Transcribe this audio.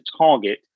target